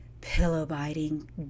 pillow-biting